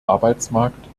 arbeitsmarkt